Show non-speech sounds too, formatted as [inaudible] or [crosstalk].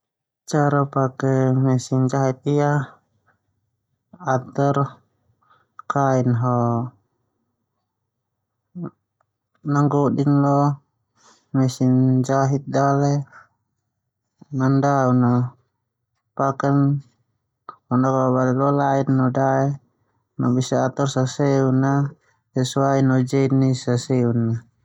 Cara pakai mesin jahit ia, ator kain ho ningkukdinlo mesin jahit dale [noise] nandauk a nakababalen lo lain no daeno bisa ator seseun a sesai jenis a seseun.